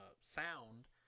sound